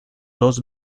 dos